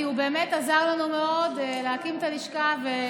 כי הוא באמת עזר לנו מאוד להקים את הלשכה.